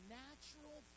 natural